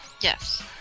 Yes